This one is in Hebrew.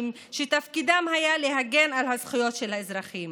שתפקידם היה להגן על הזכויות של האזרחים,